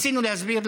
ניסינו להסביר.